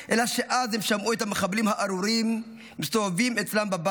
אלא שאז הם שמעו את המחבלים הארורים מסתובבים אצלם בבית,